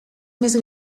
més